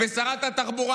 שרת התחבורה,